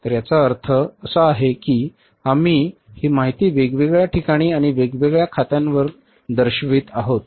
तर याचा अर्थ असा आहे की आम्ही ही माहिती वेगवेगळ्या ठिकाणी आणि वेगवेगळ्या खात्यांवरील दर्शवित आहोत